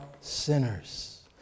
sinners